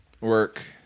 Work